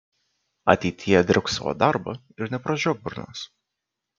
ateityje dirbk savo darbą ir nepražiok burnos